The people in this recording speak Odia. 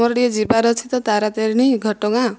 ମୋର ଟିକେ ଯିବାର ଅଛି ତ ତାରା ତାରିଣୀ ଘଟଗାଁ